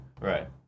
Right